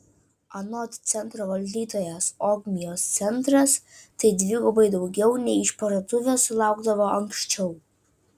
anot centro valdytojos ogmios centras tai dvigubai daugiau nei išparduotuvės sulaukdavo anksčiau